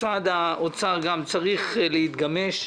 משרד האוצר גם צריך להתגמש.